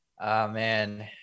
man